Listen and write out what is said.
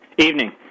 Evening